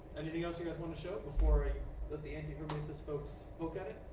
anything else you guys want to show before we let the anti-hormesis folks poke at it?